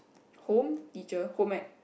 home teacher home ec